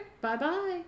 bye-bye